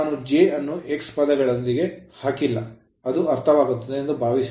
ನಾನು j ಅನ್ನು x ಪದಗಳೊಂದಿಗೆ ಹಾಕಿಲ್ಲ ಅದು ಅರ್ಥವಾಗುತ್ತದೆ ಎಂದು ಭಾವಿಸಿದೆ